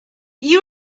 you